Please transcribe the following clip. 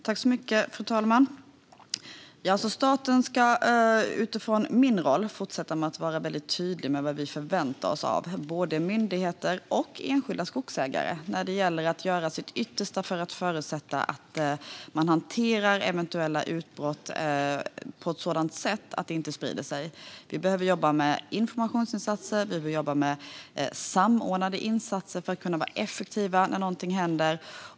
Fru talman! Jag vill utifrån min roll vara väldigt tydlig med att vi förväntar oss att både myndigheter och enskilda skogsägare gör sitt yttersta för att säkerställa att de hanterar eventuella utbrott på ett sådant sätt att de inte sprider sig. Man behöver jobba med informationsinsatser och med samordnade insatser för att kunna vara effektiv när någonting händer.